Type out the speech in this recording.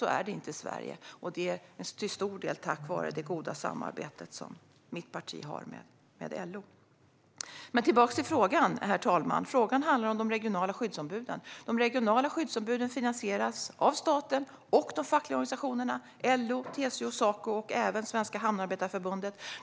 Så är det inte i Sverige, till stor del tack vare det goda samarbete som mitt parti har med LO. Men tillbaka till frågan, herr talman! Frågan handlar om de regionala skyddsombuden. De regionala skyddsombuden finansieras av staten och de fackliga organisationerna: LO, TCO, Saco och Svenska hamnarbetarförbundet.